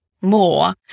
more